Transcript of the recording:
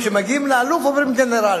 וכשמגיעים לאלוף אומרים "גנרל"?